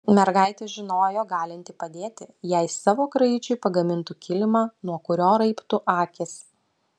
mergaitė žinojo galinti padėti jei savo kraičiui pagamintų kilimą nuo kurio raibtų akys